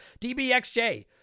DBXJ